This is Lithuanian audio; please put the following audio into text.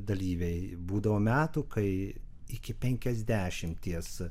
dalyviai būdavo metų kai iki penkiasdešimties